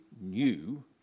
new